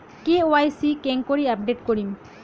KYC কেঙ্গকরি update করিম?